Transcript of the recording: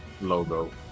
logo